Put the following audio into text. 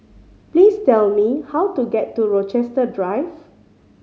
please tell me how to get to Rochester Drive